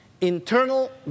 Internal